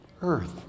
Earth